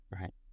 Right